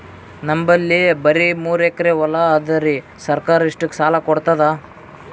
ನಮ್ ಬಲ್ಲಿ ಬರಿ ಮೂರೆಕರಿ ಹೊಲಾ ಅದರಿ, ಸರ್ಕಾರ ಇಷ್ಟಕ್ಕ ಸಾಲಾ ಕೊಡತದಾ?